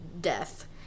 death